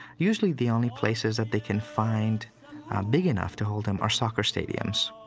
usually the only places that they can find big enough to hold him are soccer stadiums.